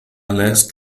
last